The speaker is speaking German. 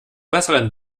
besseren